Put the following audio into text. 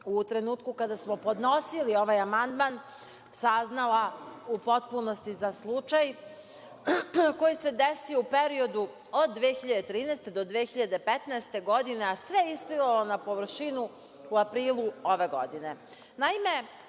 u trenutku kada smo podnosili ovaj amandman saznala u potpunosti za slučaj koji se desio u periodu od 2013. do 2015. godine, a sve je isplivalo na površinu u aprilu ove godine. Naime,